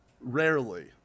Rarely